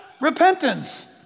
Repentance